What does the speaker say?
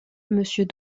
monsieur